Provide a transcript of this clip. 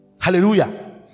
Hallelujah